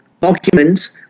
documents